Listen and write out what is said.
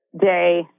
day